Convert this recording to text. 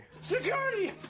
Security